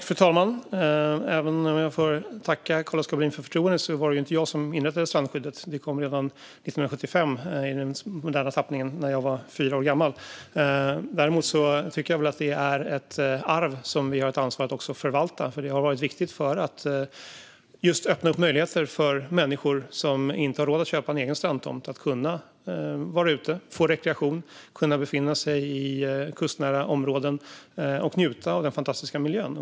Fru talman! Även om jag får tacka Carl-Oskar Bohlin för förtroendet var det inte jag som inrättade strandskyddet. Det kom redan 1975, i den moderna tappningen, när jag var fyra år gammal. Däremot tycker jag väl att det är ett arv som vi har ett ansvar att förvalta. Det har varit viktigt för att just öppna möjligheter för människor som inte har råd att köpa en egen strandtomt, så att de kan vara ute, få rekreation, befinna sig i kustnära områden och njuta av den fantastiska miljön.